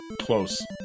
Close